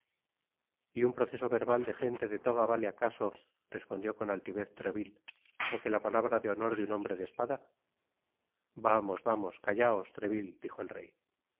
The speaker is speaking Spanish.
y un proceso verbal de gente de toga vale acaso respondió con altivez treville lo que la palabra de honor de un hombre de espada vamos vamos callaos treville dijo el rey